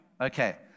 Okay